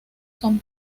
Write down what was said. son